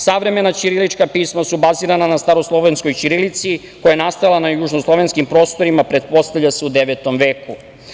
Savremena ćirilična pisma su bazirana staroslovenskoj ćirilici koja je nastala na južnoslovenskim prostorima, pretpostavlja se u 9. veku.